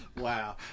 Wow